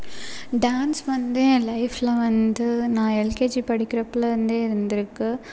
dance வந்து ஏன் லைஃபில் வந்து நான் எல்கேஜி படிக்கிறப்பலேருந்தே இருந்துருக்குது